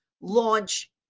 launch